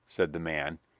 said the man.